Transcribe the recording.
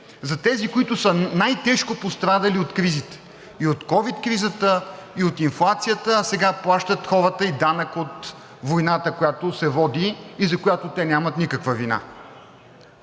за тези, които са най-тежко пострадали от кризите – и от ковид кризата, и от инфлацията, а сега плащат хората и данък от войната, която се води и за която те нямат никаква вина.